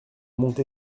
monté